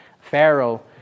Pharaoh